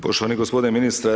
Poštovani gospodine ministre.